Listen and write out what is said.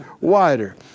wider